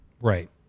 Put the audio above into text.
Right